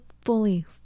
fully